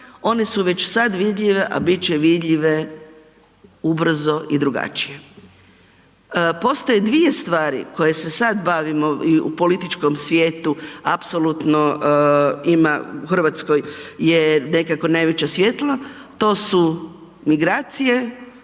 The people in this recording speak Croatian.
one su već sad vidljive, a bit će vidljive ubrzo i drugačije. Postoje dvije stvari koje se sad bavimo i u političkom svijetu apsolutno ima u Hrvatskoj je nekako najveće svjetlo, to su migracije